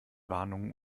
warnungen